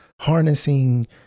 harnessing